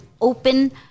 open